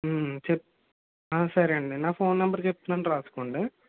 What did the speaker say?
చెప్ సరే అండి నా ఫోన్ నంబర్ చెప్తున్నాను రాసుకోండి